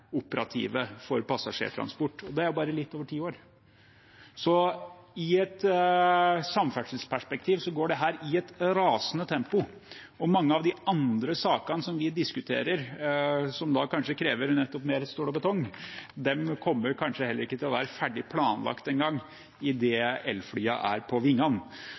operative for passasjertransport. Det er bare litt over ti år til, så i et samferdselsperspektiv går dette i et rasende tempo. Mange av de andre sakene som vi diskuterer, som krever nettopp mer stål og betong, kommer kanskje heller ikke til å være ferdig planlagt engang idet elfly er på vingene. Nå skal vi få luft under vingene, og derfor er det, som jeg var inne på